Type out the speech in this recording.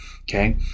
okay